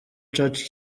church